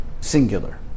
singular